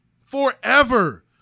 forever